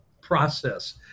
process